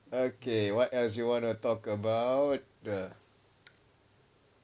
okay what else you wanna talk about